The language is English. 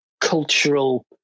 cultural